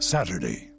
Saturday